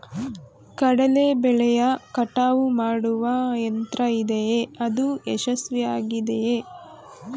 ಕಡಲೆ ಬೆಳೆಯ ಕಟಾವು ಮಾಡುವ ಯಂತ್ರ ಇದೆಯೇ? ಅದು ಯಶಸ್ವಿಯಾಗಿದೆಯೇ?